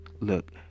Look